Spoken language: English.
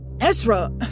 Ezra